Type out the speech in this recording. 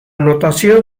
notación